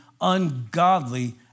ungodly